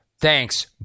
Thanks